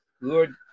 Lord